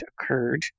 occurred